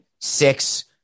six